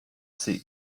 sie